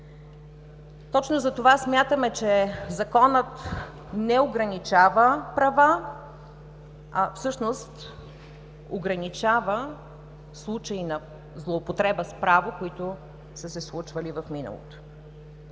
Точно затова смятаме, че Законът не ограничава права, а в същност ограничава случаи на злоупотреба с право, които са се случвали в миналото.